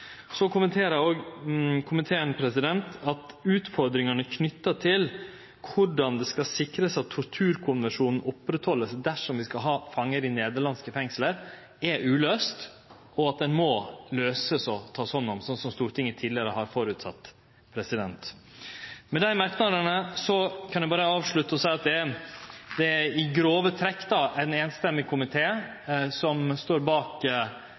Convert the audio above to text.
Så kommenterer komiteen at utfordringane knytte til korleis ein skal sikre at torturkonvensjonen vert oppretthalden dersom vi skal ha fangar i nederlandske fengsel, er uløyste, og at det må løysast og takast hand om, slik Stortinget tidlegare har føresett. Med desse merknadene vil eg berre avslutte og seie at det er i grove trekk ein samrøystes komité som står bak